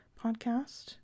podcast